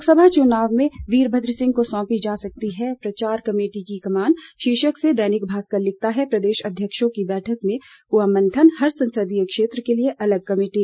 लोकसभा चुनाव में वीरभद्र सिंह को सौंपी जा सकती है प्रचार कमेटी की कमान शीर्षक से दैनिक भास्कर लिखता है प्रदेश अध्यक्षों की बैठक में हुआ मंथन हर संसदीय क्षेत्र के लिए अलग कमेटी